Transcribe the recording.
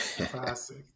Classic